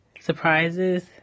surprises